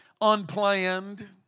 unplanned